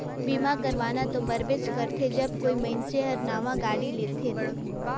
बीमा करवाना तो परबेच करथे जब कोई मइनसे हर नावां गाड़ी लेथेत